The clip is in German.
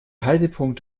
haltepunkt